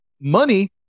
money